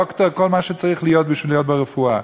דוקטור וכל מה שצריך להיות בשביל להיות ברפואה.